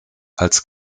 als